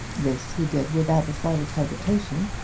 this he did without the slightest hesitation,